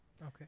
Okay